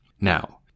Now